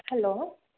hello